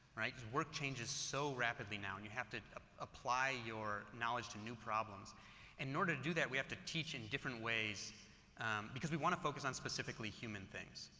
right? work changes so rapidly now and you have to ah apply your knowledge to new problems. and in order to do that we have to teach in different ways because we want to focus on specifically human things,